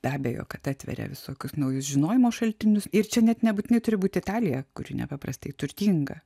be abejo kad atveria visokius naujus žinojimo šaltinius ir čia net nebūtinai turi būti italija kuri nepaprastai turtinga